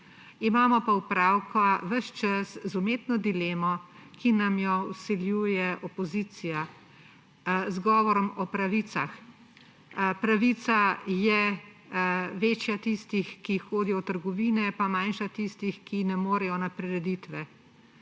Imamo pa opravka ves čas z umetno dilemo, ki nam jo vsiljuje opozicija z govorom o pravicah. Pravica je večja tistih, ki hodijo v trgovine, pa manjša tistih, ki ne morejo na prireditve.